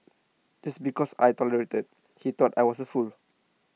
just because I tolerated he thought I was A fool